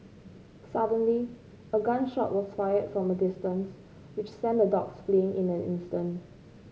suddenly a gun shot was fired from a distance which sent the dogs fleeing in an instant